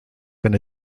been